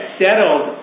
settled